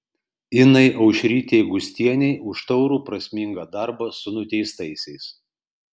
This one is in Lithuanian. inai aušrytei gustienei už taurų prasmingą darbą su nuteistaisiais